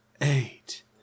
eight